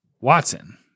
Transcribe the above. Watson